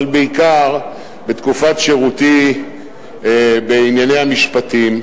אבל בעיקר בתקופת שירותי בענייני המשפטים,